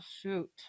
shoot